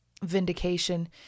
vindication